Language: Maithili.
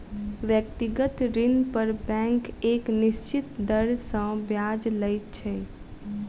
व्यक्तिगत ऋण पर बैंक एक निश्चित दर सॅ ब्याज लैत छै